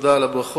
תודה על הברכות.